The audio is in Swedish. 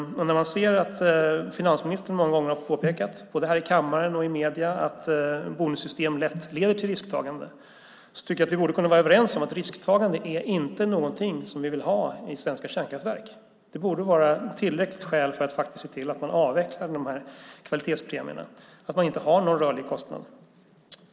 När man ser att finansministern många gånger, både här i kammaren och i medierna, har påpekat att bonussystem lätt leder till risktagande borde vi väl kunna vara överens om att risktagande inte är något vi vill ha i svenska kärnkraftverk? Det borde vara ett tillräckligt skäl för att se till att avveckla dessa kvalitetspremier, så att man inte har någon rörlig kostnad.